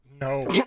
No